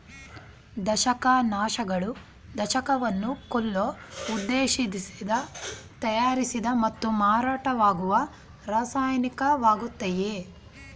ದಂಶಕನಾಶಕಗಳು ದಂಶಕವನ್ನ ಕೊಲ್ಲೋ ಉದ್ದೇಶ್ದಿಂದ ತಯಾರಿಸಿದ ಮತ್ತು ಮಾರಾಟವಾಗೋ ರಾಸಾಯನಿಕವಾಗಯ್ತೆ